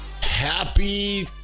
Happy